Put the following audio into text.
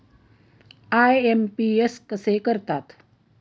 IMPS कसे करतात?